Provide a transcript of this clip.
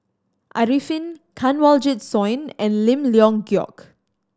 Arifin Kanwaljit Soin and Lim Leong Geok